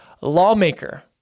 lawmaker